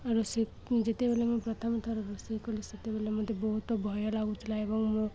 ରୋଷେଇ ଯେତେବେଲେ ମୁଁ ପ୍ରଥମଥର ରୋଷେଇ କଲି ସେତେବେଲେ ମୋତେ ବହୁତ ଭୟ ଲାଗୁଥିଲା ଏବଂ ମୁଁ